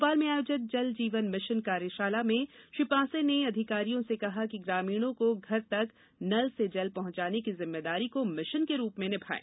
भोपाल में आयोजित जल जीवन मिशन कार्यशाला में श्री पांसे ने अधिकारियों से कहा कि ग्रामीणों को घर तक नल से जल पहुँचाने की जिम्मेदारी को भिशन के रूप में निभायें